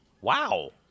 Wow